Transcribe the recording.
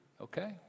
Okay